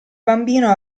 bambino